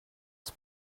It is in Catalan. els